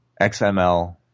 XML